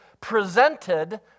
presented